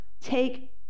take